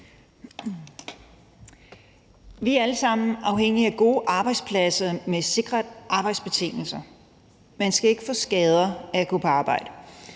Vi er alle sammen afhængige af gode arbejdspladser med sikre arbejdsbetingelser. Man skal ikke få skader af at gå på arbejde.